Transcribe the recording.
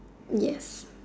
yes